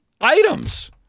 items